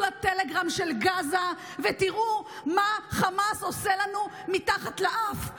לטלגרם של Gaza ותראו מה חמאס עושה לנו מתחת לאף.